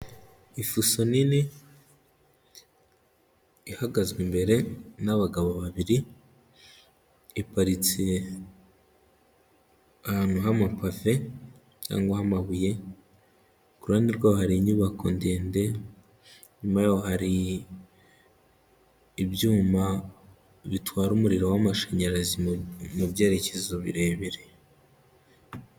Ifuso nini ihagazwe imbere n'abagabo babiri, iparitse ahantu h'amapave cyangwa h'amabuye, ku ruhande rwayo hari inyubako ndende, nyuma yaho hari ibyuma bitwara umuriro w'amashanyarazi mu byerekezo birebire.